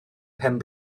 pen